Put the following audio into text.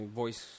voice